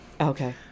okay